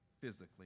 physically